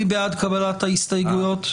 מי בעד קבלת ההסתייגויות?